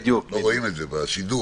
לא רואים את זה בשידור.